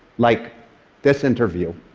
like this interview